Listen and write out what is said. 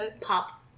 pop